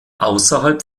außerhalb